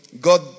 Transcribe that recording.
God